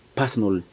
personal